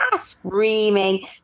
screaming